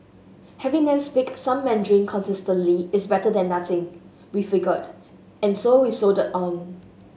having them speak some Mandarin consistently is better than nothing we figure and so we soldier on